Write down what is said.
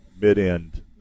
mid-end